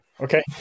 okay